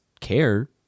care